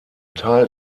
teil